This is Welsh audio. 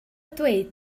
dweud